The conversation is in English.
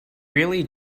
really